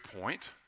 point